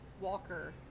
walker